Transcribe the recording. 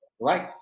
right